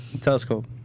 Telescope